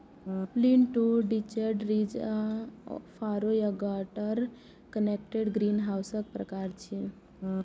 lean to detached, ridge आ furrow या gutter connected ग्रीनहाउसक प्रकार छियै